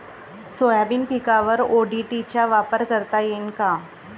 Soybean पिकावर ODT चा वापर करता येईन का?